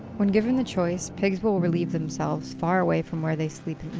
when given the choice, pigs will relieve themselves far away from where they sleep